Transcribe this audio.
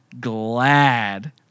glad